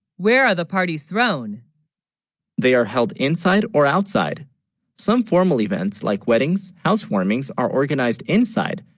where are the parties thrown they, are held inside or outside some formal events like weddings housewarmings are organized inside,